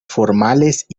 formales